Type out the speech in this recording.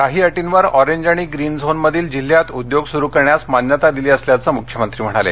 काही अटींवर ऑरेंज आणि ग्रीन झोनमधील जिल्ह्यात उद्योग सूरु करण्यास मान्यता दिली असल्याचे मुख्यमंत्री म्हणाले